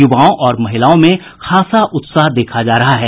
युवाओं और महिलाओं में खासा उत्साह देखा जा रहा है